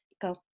Go